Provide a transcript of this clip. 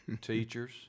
teachers